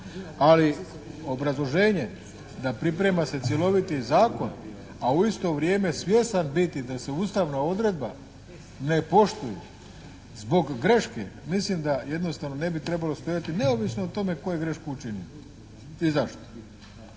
Ali obrazloženje da priprema se cjeloviti zakon, a u isto vrijeme svjestan biti da se ustavna odredba ne poštuje zbog greške mislim da jednostavno ne bi trebalo stajati neovisno o tome tko je grešku učinio i zašto?